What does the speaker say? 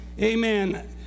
amen